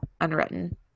unwritten